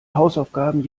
hausaufgaben